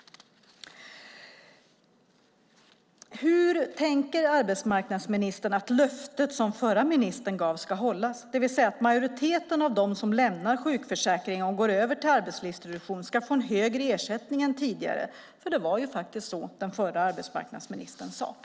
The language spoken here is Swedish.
Hur tänker arbetsmarknadsministern att löftet som den förra ministern gav ska hållas, det vill säga att majoriteten av dem som lämnar sjukförsäkringen och går över till arbetslivsintroduktion ska få en högre ersättning än tidigare? Det var faktiskt det den förra arbetsmarknadsministern sade.